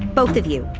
both of you.